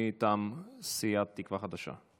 מטעם סיעת תקווה חדשה.